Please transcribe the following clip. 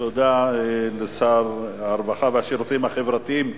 תודה לשר הרווחה והשירותים החברתיים.